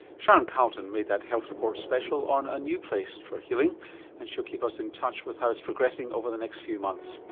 sharon carleton made that health report special on a new place for healing and she'll keep us in touch with how it's progressing over the next few months.